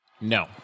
No